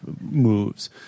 moves